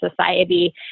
society